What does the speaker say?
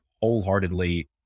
wholeheartedly